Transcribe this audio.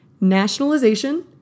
Nationalization